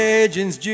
Legends